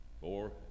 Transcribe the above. four